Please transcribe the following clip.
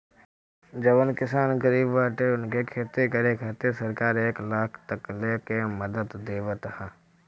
जवन किसान गरीब बाटे उनके खेती करे खातिर सरकार एक लाख तकले के मदद देवत ह